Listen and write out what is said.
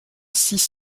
six